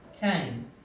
came